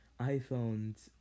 iPhones